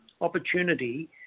opportunity